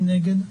מי נגד?